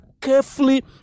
carefully